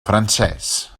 francès